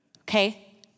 okay